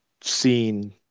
seen